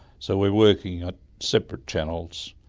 so we're working on separate channels.